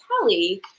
Kelly